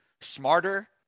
smarter